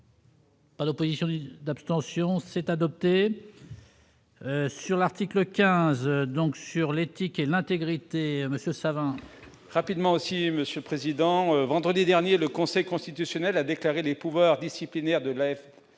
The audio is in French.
à l'opposition d'abstention, c'est adopter sur l'article 15, donc sur l'éthique et l'intégrité monsieur savants. Rapidement aussi, Monsieur le Président, vendredi dernier, le Conseil constitutionnel a déclaré les pouvoirs disciplinaires de la F.